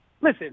Listen